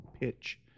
Pitch